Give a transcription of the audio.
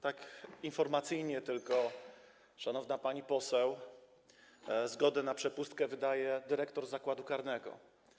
Tak informacyjnie tylko powiem, szanowna pani poseł, że zgody na przepustkę wydaje dyrektor zakładu karnego.